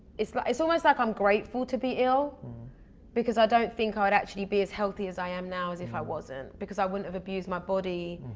it's like it's almost like i'm grateful to be ill because i don't think i would actually be as healthy as i am now, as if i wasn't. because i wouldn't have abused my body